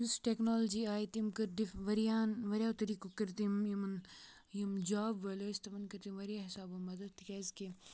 یُس ٹٮ۪کنالجی آیہِ تٔمۍ کٔرۍ ڈِف وارِیَہَن واریاہو طٔریٖقو کٔرۍ تٔمۍ یِمَن یِم جاب وٲلۍ ٲسۍ تِمَن کٔر تٔمۍ واریاہ حِسابو مَدد تہٕ کیٛازِکہِ